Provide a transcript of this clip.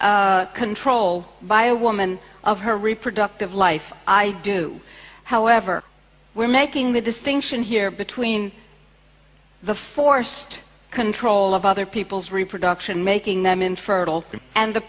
personal control by a woman of her reproductive life i do however we're making the distinction here between the forced control of other people's reproduction making them infertile and the